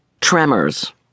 Tremors